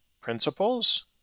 principles